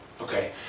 Okay